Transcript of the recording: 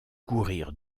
courir